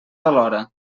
alhora